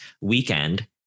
weekend